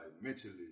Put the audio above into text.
mentally